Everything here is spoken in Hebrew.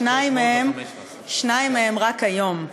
שניים מהם, רק היום.